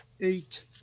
eight